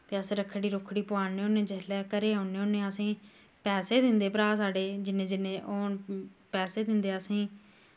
ते अस रक्खड़ी रिक्खड़ी पोआने होन्ने जिसलै घरे औन्ने होन्ने असें पैसे दिंदे ब्राह् साढ़े जिन्ने जिन्ने होन पैसे दिंदे असें